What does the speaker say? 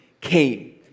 came